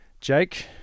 Jake